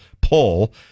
poll